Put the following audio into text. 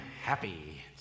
happy